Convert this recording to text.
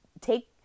take